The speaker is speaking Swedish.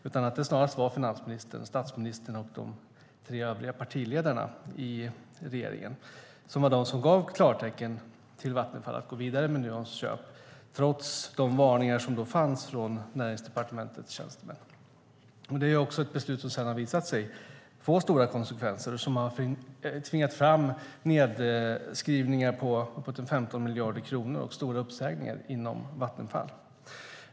Det var snarast finansministern, statsministern och de tre övriga partiledarna i regeringen som gav klartecken till Vattenfall att gå vidare med köpet av Nuon trots de varningar som fanns från Näringsdepartementets tjänstemän. Det är också ett beslut som sedan har visat sig få stora konsekvenser och tvingat fram nedskrivningar på uppåt 15 miljarder kronor och stora uppsägningar inom Vattenfall.